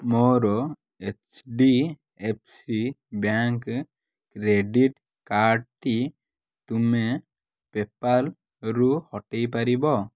ମୋର H D F C bank credit କାର୍ଡ଼ଟି ତୁମେ ପେପାଲ୍ରୁ ହଟାଇ ପାରିବ